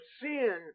sin